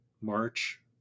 march